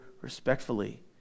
respectfully